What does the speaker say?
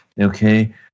okay